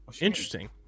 Interesting